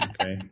Okay